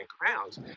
crowns